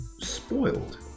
spoiled